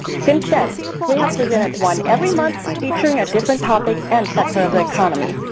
since then we have presented one every month featuring a different topic and sector of the economy.